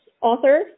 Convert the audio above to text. author